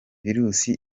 virusi